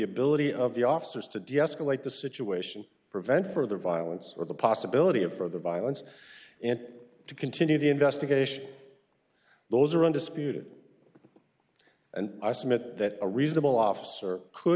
ability of the officers to deescalate the situation prevent further violence or the possibility of further violence and to continue the investigation those are undisputed and i submit that a reasonable officer could